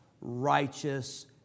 righteous